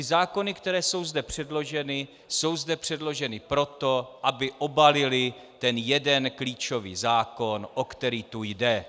Zákony, které jsou zde předloženy, jsou zde předloženy proto, aby obalily ten jeden klíčový zákon, o který tu jde.